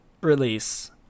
release